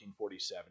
1947